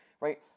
right